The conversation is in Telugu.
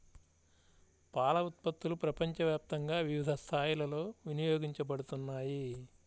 పాల ఉత్పత్తులు ప్రపంచవ్యాప్తంగా వివిధ స్థాయిలలో వినియోగించబడుతున్నాయి